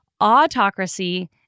autocracy